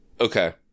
Okay